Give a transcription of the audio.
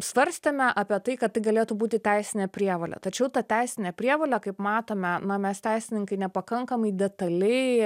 svarstėme apie tai kad tai galėtų būti teisinė prievolė tačiau tą teisinę prievolę kaip matome na mes teisininkai nepakankamai detaliai